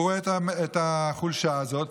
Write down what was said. הוא רואה את החולשה הזאת,